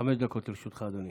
חמש דקות לרשותך, אדוני.